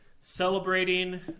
celebrating